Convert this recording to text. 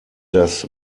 das